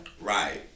Right